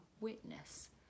witness